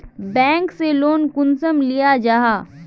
Bank से loan कुंसम लिया जाहा?